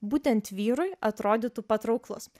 būtent vyrui atrodytų patrauklus